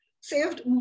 saved